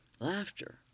Laughter